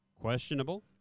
questionable